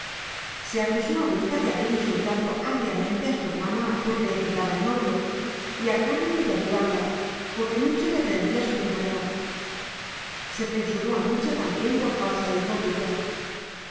se acusó a rita de haber insultado agriamente a su hermana porque le quitaba el novio y a carmen de ayudarla porque nucha reprendía su ventaneo se censuró a nucha también por falsa e hipócrita